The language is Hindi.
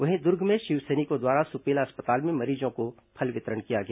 वहीं दुर्ग में शिव सैनिकों द्वारा सुपेला अस्पताल में मरीजों को फल वितरण किया गया